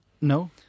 no